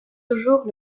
toujours